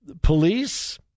Police